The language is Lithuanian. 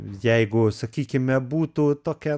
jeigu sakykime būtų tokia